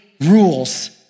rules